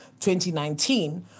2019